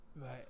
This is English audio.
right